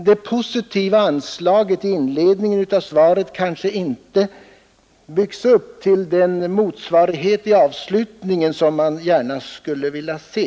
Det positiva anslaget i inledningen av svaret kanske inte byggs upp till den motsvarighet i avslutningen som man gärna skulle ha velat se.